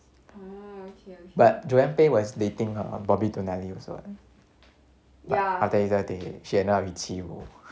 but joanne peh was dating bobby tonelli also [what] she ended up with qi yuwu